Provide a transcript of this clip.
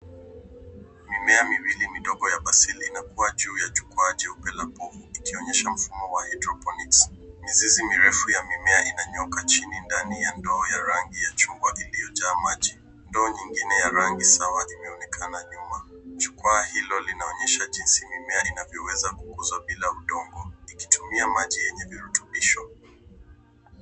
Mimea miwili midogo ya basili imekua juu ya jukwaa jeupe la povu ikionyesha mfumo wa hydroponics . Mizizi mirefu ya mimea inanyooka chini ndani ya ndoo ya rangi ya chungwa iliyojaa maji. Ndoo nyingine ya rangi sawa imeonekana nyuma. Jukwaa hilo linaonyesha jinsi mimea inavyoweza kukuza bila udongo, ikitumia maji yenye virutubisho.